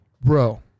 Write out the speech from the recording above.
bro